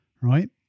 right